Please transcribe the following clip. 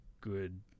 good